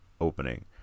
opening